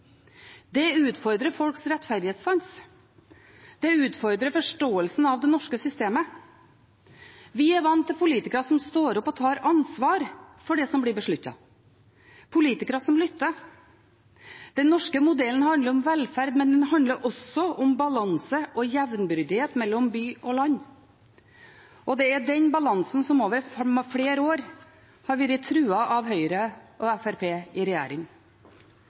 Dette utfordrer folks rettferdighetssans. Det utfordrer forståelsen av det norske systemet. Vi er vant til politikere som står opp og tar ansvar for det som blir besluttet, politikere som lytter. Den norske modellen handler om velferd, men den handler også om balanse og jevnbyrdighet mellom by og land. Det er den balansen som over flere år har vært truet av Høyre og Fremskrittspartiet i regjering.